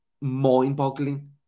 mind-boggling